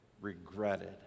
regretted